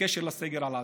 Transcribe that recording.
בקשר לסגר על עזה.